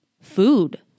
food